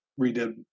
redid